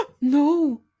no